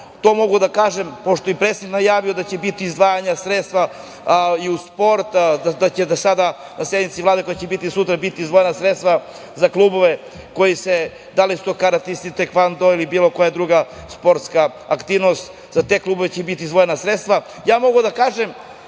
to mogu da kažem, pošto je i predsednik najavio da će biti izdvajana sredstva i u sport, na sednici Vlade koja će sutra biti, biće izdvojena sredstva za klubove, da li su to karatisti, tekvondo ili bilo koja druga sportska aktivnost, za te klubove će biti izdvojena sredstva. Ja moram da kažem,